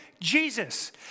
Jesus